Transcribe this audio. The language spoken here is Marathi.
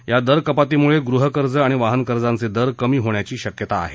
या दरकपातीमुळे गृहकर्ज आणि वाहन कर्जांचे दर कमी होण्याची शक्यता आहे